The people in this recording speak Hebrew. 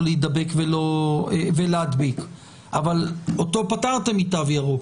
להידבק ולהדביק אבל אותו פטרתם מתו ירוק.